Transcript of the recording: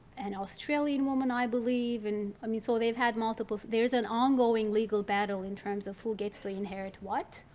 an australian woman i believe. and i mean so they've had multiple there's an ongoing legal battle in terms of who gets to inherit what.